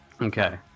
Okay